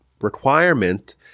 requirement